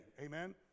amen